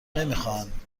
نمیخواهند